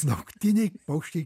naktiniai paukščiai